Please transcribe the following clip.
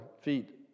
feet